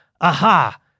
Aha